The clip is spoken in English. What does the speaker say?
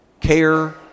care